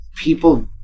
people